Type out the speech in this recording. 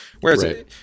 Whereas